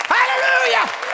Hallelujah